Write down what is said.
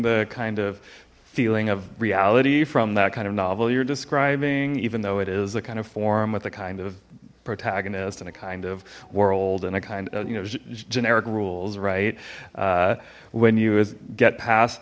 the kind of feeling of reality from that kind of novel you're describing even though it is the kind of form with the kind of protagonist and a kind of world and a kind of you know generic rules right when you get past